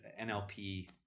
NLP